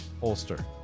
holster